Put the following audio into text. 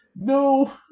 No